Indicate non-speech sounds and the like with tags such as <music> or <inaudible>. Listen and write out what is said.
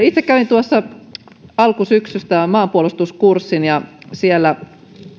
<unintelligible> itse kävin tuossa alkusyksystä maanpuolustuskurssin ja siellä